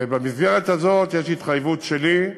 במסגרת הזאת יש התחייבות שלי,